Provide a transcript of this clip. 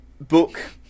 book